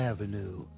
Avenue